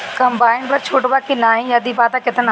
Combine पर छूट बा की नाहीं यदि बा त केतना?